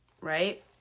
right